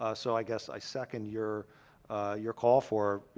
ah so i guess i second your, ah your call for you